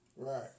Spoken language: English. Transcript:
Right